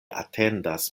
atendas